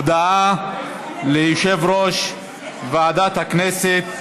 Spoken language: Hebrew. הודעה ליושב-ראש ועדת הכנסת.